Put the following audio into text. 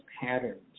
patterns